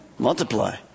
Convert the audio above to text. Multiply